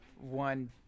one